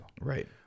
Right